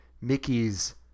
Mickey's